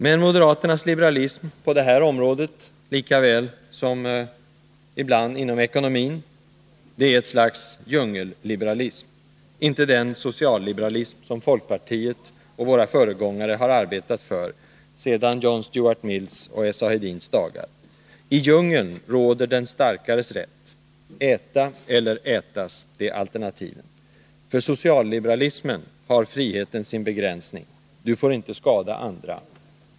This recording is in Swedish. Men moderaternas liberalism på detta område likaväl som ibland inom ekonomin är ett slags djungelliberalism, inte den socialliberalism som folkpartiet och dess föregångare har arbetat för redan sedan John Stuart Mills och S. A. Hedins dagar. I djungeln råder den starkares rätt — äta eller ätas är alternativen. För socialliberalismen har friheten sin begränsning: Du får inte skada andra.